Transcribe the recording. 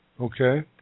okay